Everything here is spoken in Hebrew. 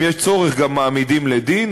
אם יש צורך גם מעמידים לדין,